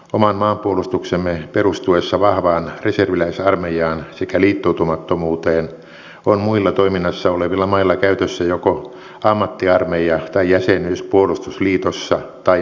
oman maanpuolustuksemme perustuessa vahvaan reserviläisarmeijaan sekä liittoutumattomuuteen on muilla toiminnassa olevilla mailla käytössä joko ammattiarmeija tai jäsenyys puolustusliitossa tai molemmat